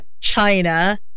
China